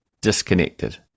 disconnected